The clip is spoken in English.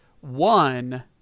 one